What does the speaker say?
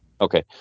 Okay